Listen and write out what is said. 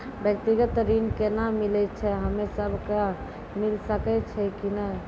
व्यक्तिगत ऋण केना मिलै छै, हम्मे सब कऽ मिल सकै छै कि नै?